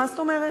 מה זאת אומרת.